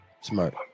Smart